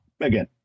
again